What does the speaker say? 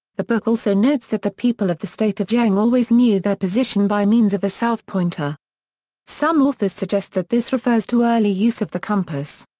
the book also notes that the people of the state of zheng always knew their position by means of a south-pointer some authors suggest that this refers to early use of the compass.